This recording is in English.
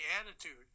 attitude